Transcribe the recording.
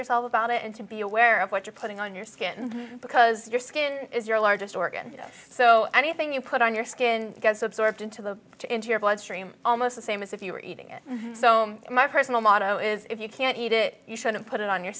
yourself about it and to be aware of what you're putting on your skin because your skin is your largest organ so anything you put on your skin gets absorbed into the into your bloodstream almost the same as if you're eating it so my personal motto is if you can't eat it you shouldn't put it on your